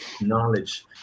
knowledge